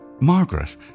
Margaret